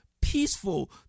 peaceful